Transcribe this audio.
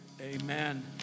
Amen